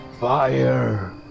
Fire